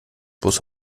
bloß